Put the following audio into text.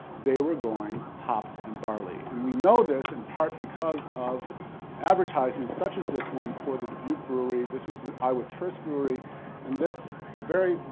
they were growing hops and barley and we know this, in part, because of advertisements such as this one for the dubuque brewery. this was iowa's first brewery and this very,